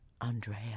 Andrea